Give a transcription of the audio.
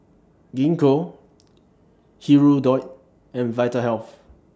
Gingko Hirudoid and Vitahealth